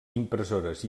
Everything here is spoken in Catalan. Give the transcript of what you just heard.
impressores